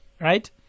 right